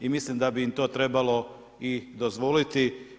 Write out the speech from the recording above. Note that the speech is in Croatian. I mislim da bi im to trebalo i dozvoliti.